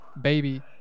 baby